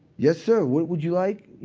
yes, sir, what would you like?